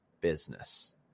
business